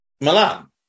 Milan